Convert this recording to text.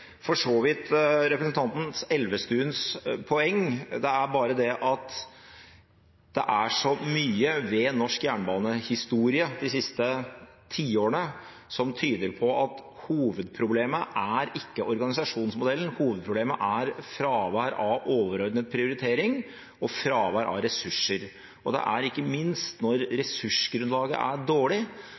for så vidt representanten Elvestuens poeng – det er bare det at det er så mye ved norsk jernbanehistorie de siste tiårene som tyder på at hovedproblemet ikke er organisasjonsmodellen. Hovedproblemet er fravær av overordnet prioritering, fravær av ressurser, og det er ikke minst når ressursgrunnlaget er dårlig,